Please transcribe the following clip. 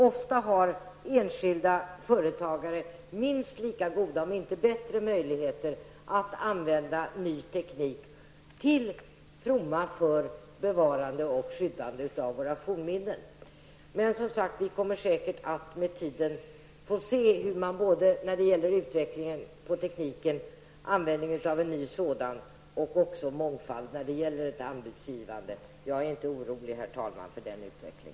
Ofta har enskilda företagare minst lika goda, om inte bättre möjligheter att använda ny teknik till fromma för bevarande och skyddande av våra fornminnen. Men vi kommer säkert med tiden att få se en utveckling av tekniken, en användning av en ny sådan och likaså mångfald när det gäller anbudsgivning. Jag är inte orolig, herr talman, för denna utveckling.